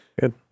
Good